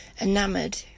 enamoured